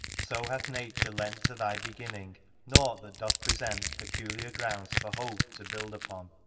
so hath nature lent to thy beginning nought that doth present peculiar grounds for hope to build upon.